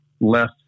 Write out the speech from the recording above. less